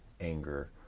anger